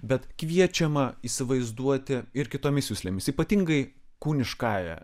bet kviečiama įsivaizduoti ir kitomis juslėmis ypatingai kūniškąja